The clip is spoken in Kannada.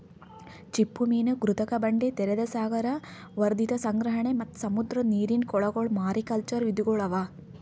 ಚಿಪ್ಪುಮೀನು, ಕೃತಕ ಬಂಡೆ, ತೆರೆದ ಸಾಗರ, ವರ್ಧಿತ ಸಂಗ್ರಹಣೆ ಮತ್ತ್ ಸಮುದ್ರದ ನೀರಿನ ಕೊಳಗೊಳ್ ಮಾರಿಕಲ್ಚರ್ ವಿಧಿಗೊಳ್ ಅವಾ